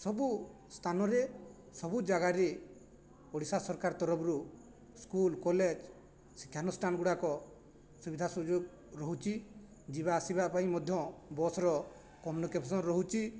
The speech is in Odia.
ସବୁ ସ୍ଥାନରେ ସବୁ ଜାଗାରେ ଓଡ଼ିଶା ସରକାର ତରଫରୁ ସ୍କୁଲ କଲେଜ ଶିକ୍ଷାନୁଷ୍ଠାନ ଗୁଡ଼ାକ ସୁବିଧା ସୁଯୋଗ ରହୁଛି ଯିବା ଆସିବା ପାଇଁ ମଧ୍ୟ ବସ୍ର କମ୍ୟୁନିକେସନ ରହୁଛି